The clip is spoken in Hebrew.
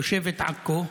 תושבת עכו,